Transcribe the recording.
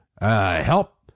help